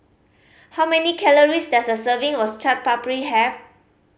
how many calories does a serving of Chaat Papri have